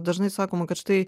dažnai sakoma kad štai